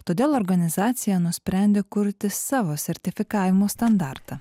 todėl organizacija nusprendė kurti savo sertifikavimo standartą